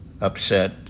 upset